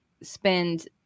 spend